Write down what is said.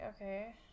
Okay